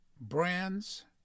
brands